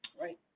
right